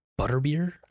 Butterbeer